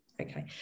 Okay